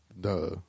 Duh